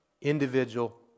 individual